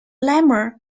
lemma